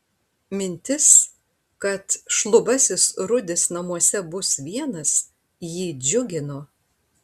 mintis kad šlubasis rudis namuose bus vienas jį džiugino